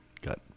got